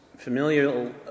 familial